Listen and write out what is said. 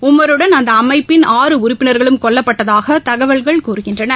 Umar வுடன் அந்த அமைப்பின் ஆறு உறுப்பினா்களும் கொல்லப்பட்டதாக தகவல்கள் கூறுகின்றன